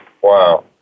Wow